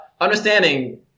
understanding